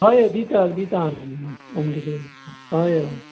हय हय दितां दितां आनी कितें हय हय